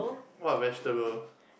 what vegetable